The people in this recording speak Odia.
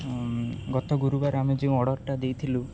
ଗତ ଗୁରୁବାର ଆମେ ଯେଉଁ ଅର୍ଡ଼ରଟା ଦେଇଥିଲୁ